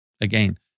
again